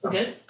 Good